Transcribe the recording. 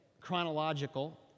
Chronological